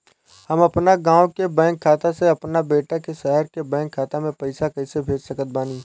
हम अपना गाँव के बैंक खाता से अपना बेटा के शहर के बैंक खाता मे पैसा कैसे भेज सकत बानी?